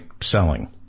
selling